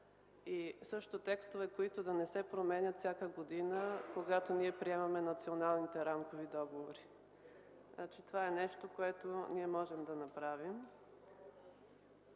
а също и текстове, които да не се променят всяка година, когато ние приемаме националните рамкови договори. Това е нещо, което ние можем да направим.